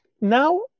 now